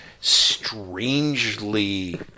strangely